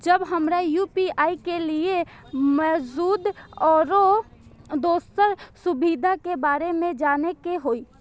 जब हमरा यू.पी.आई के लिये मौजूद आरो दोसर सुविधा के बारे में जाने के होय?